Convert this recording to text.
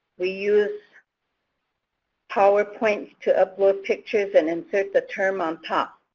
we use powerpoint to upload pictures and insert the term on top.